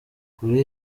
kuri